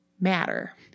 Matter